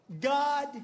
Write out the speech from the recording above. God